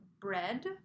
bread